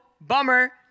bummer